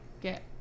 get